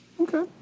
Okay